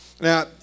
Now